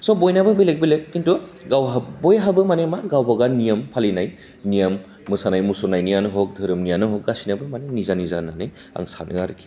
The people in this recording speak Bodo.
स' बायनाबो बेलेक बेलेक खिन्थु गावहा बयहाबो मानि मा गावबागाव नियमा फालिनाय नियमा मोसानाय मुसुरनायनियानो हग धोरोमनियानो हग गासिनाबो मानि निजा निजा होनानै आं सानो आरोखि